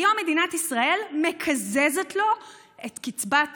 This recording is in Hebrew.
היום מדינת ישראל מקזזת לו את קצבת הזקנה.